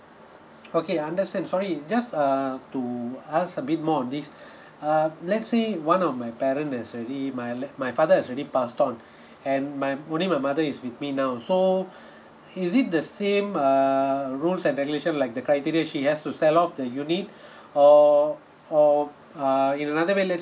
okay understand sorry just uh to ask a bit more on this uh let's say one of my parent has already my la~ my father has already passed out and my only my mother is with me now so is it the same err rules and regulation like the criteria she has to sell off the unit or or err in another way let